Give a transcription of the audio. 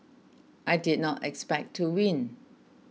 I did not expect to win